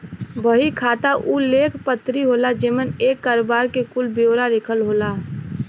बही खाता उ लेख पत्री होला जेमन एक करोबार के कुल ब्योरा लिखल होला